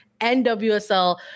NWSL